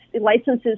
licenses